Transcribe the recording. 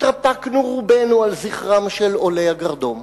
התרפקנו רובנו על זכרם של עולי הגרדום,